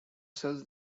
cells